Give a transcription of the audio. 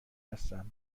هستم